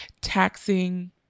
taxing